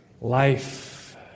Life